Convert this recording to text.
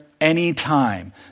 anytime